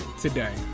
today